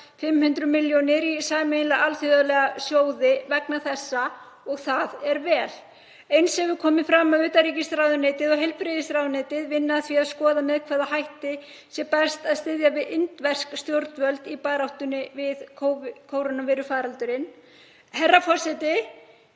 500 milljónir í sameiginlega alþjóðlega sjóði vegna þessa og það er vel. Eins hefur komið fram að utanríkisráðuneytið og heilbrigðisráðuneytið vinni að því að skoða með hvaða hætti sé best að styðja við indversk stjórnvöld í baráttunni við kórónuveirufaraldurinn. Herra forseti.